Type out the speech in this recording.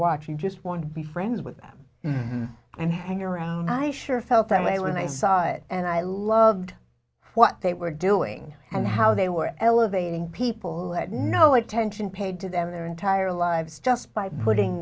watch you just want to be friends with them and hang around i sure felt that way when i saw it and i loved what they were doing and how they were elevating people that no attention paid to them their entire lives just by putting